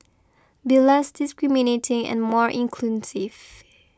be less discriminating and more inclusive